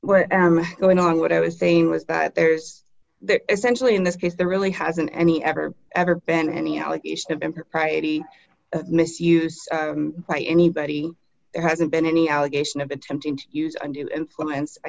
but i am going on what i was saying was that there's that essentially in this case there really hasn't any ever ever been any allegation of impropriety misuse by anybody hasn't been any allegation of attempting to use and influence i